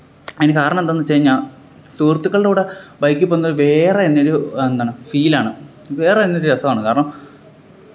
അതിന് കാരണമെന്താണെന്ന് വെച്ച് കഴിഞ്ഞാൽ സുഹൃത്തുക്കളുടെ കൂടെ ബൈക്കിൽ പോകുന്നാത് വേറെ തന്നെയാണ് ഒരു എന്താണ് ഫീലാണ് വേറെ തന്നെയൊരു രസമാണ് കാരണം